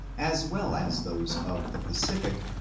as well as those of the pacific,